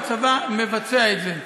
והצבא מבצע את זה.